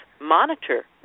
monitor